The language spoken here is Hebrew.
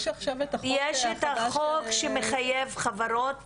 יש את החוק שמחייב חברות